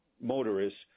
motorists